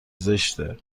زشته